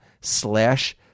slash